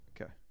Okay